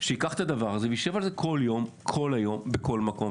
שייקח את הדבר הזה וישב על זה כל יום כל היום בכל מקום,